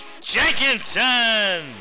Jenkinson